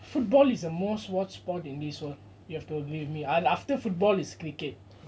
football is a most watched sport in this world you have to agree with me and after football is cricket